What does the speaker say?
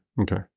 Okay